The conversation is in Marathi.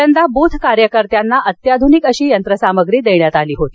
यंदा बूथ कार्यकर्त्यांना अत्याध्निक अशी यंत्रसामग्री देण्यात आलेली आहे